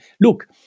look